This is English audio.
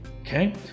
Okay